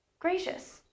Gracious